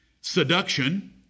Seduction